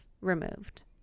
removed